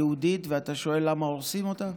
ואתה שואל למה הורסים אותה?